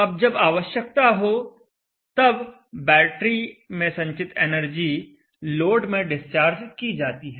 अब जब आवश्यकता हो तब बैटरी में संचित एनर्जी लोड में डिस्चार्ज की जाती है